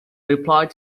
replied